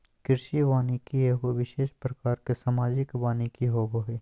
कृषि वानिकी एगो विशेष प्रकार के सामाजिक वानिकी होबो हइ